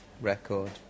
record